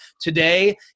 Today